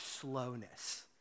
slowness